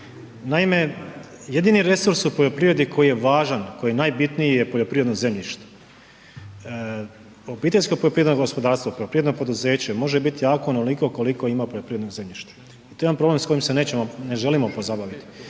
Naime, jedini resurs u poljoprivredi koji je važan, koji je najbitniji je poljoprivredno zemljište. OPG kao privatno poduzeće može biti jako onoliko koliko ima poljoprivrednog zemljišta. To je jedan problem s kojim se ne želimo pozabaviti.